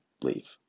leave